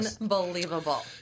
Unbelievable